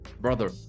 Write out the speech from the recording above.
brother